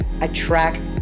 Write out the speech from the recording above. attract